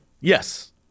Yes